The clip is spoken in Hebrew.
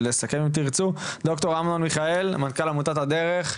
ד"ר אמנון מיכאל, מנכ"ל עמותת הדרך,